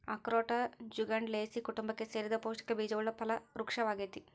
ಅಖ್ರೋಟ ಜ್ಯುಗ್ಲಂಡೇಸೀ ಕುಟುಂಬಕ್ಕೆ ಸೇರಿದ ಪೌಷ್ಟಿಕ ಬೀಜವುಳ್ಳ ಫಲ ವೃಕ್ಪವಾಗೈತಿ